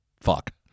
fuck